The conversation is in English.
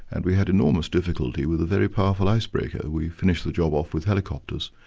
and we had enormous difficulty with a very powerful icebreaker. we finished the job off with helicopters.